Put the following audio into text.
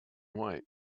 white